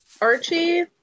archie